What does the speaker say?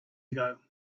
ago